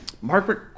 Margaret